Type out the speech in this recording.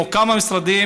או כמה משרדים,